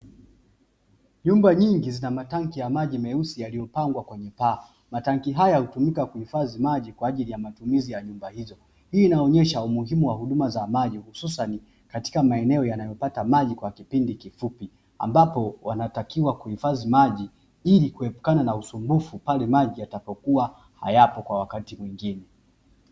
Nyumba nyingi zina matanki ya maji meusi yaliyopangwa kwenye paa matanki haya hutumika kuhifadhi maji kwa ajili ya matumizi ya nyumba hizo, hii inaonyesha umuhimu wa huduma za maji hususani katika maeneo yanayopata maji kwa kipindi kifupi, ambapo wanatakiwa kuhifadhi maji ili kuepukana na usumbufu pale maji yatakapokuwa hayapo kwa wakati mwingine.